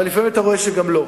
אבל לפעמים אתה רואה שגם לא.